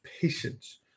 patience